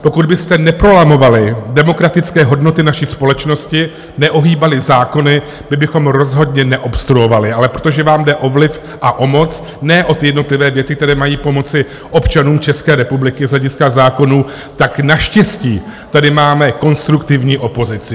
Pokud byste neprolamovali demokratické hodnoty naší společnosti, neohýbali zákony, my bychom rozhodně neobstruovali, ale protože vám jde o vliv a o moc, ne o jednotlivé věci, které mají pomoci občanům České republiky z hlediska zákonů, tak naštěstí tady máme konstruktivní opozici.